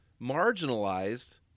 marginalized